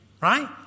Right